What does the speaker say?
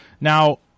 Now